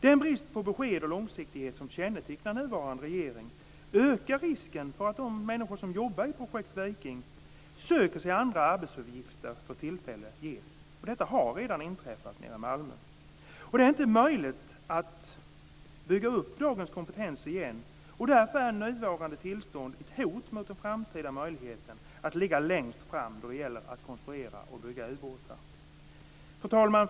Den brist på besked och långsiktighet som kännetecknar den nuvarande regeringen ökar risken för att de människor som jobbar i Projekt Viking söker sig andra arbetsuppgifter då tillfälle ges. Detta har redan inträffat i Malmö. Det är inte möjligt att bygga upp dagens kompetens igen. Därför är nuvarande tillstånd ett hot mot framtida möjligheter att ligga längst fram i konstruktion och byggande av ubåtar. Fru talman!